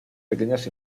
pequeñas